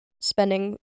spending